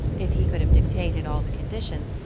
if he could have dictated all the conditions,